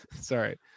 Sorry